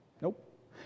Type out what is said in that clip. Nope